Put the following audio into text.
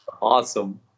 awesome